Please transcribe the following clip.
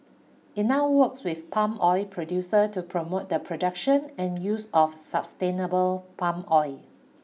it now works with palm oil producers to promote the production and use of sustainable palm oil